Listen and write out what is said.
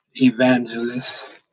evangelists